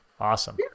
Awesome